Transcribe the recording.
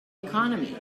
economy